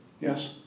Yes